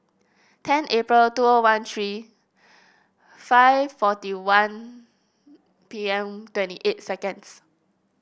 ten April two O one three five forty one P M twenty eight seconds